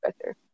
better